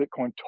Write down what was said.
Bitcoin